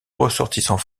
ressortissants